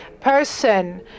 person